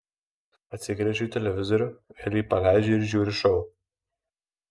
atsigręžiu į televizorių vėl jį paleidžiu ir žiūriu šou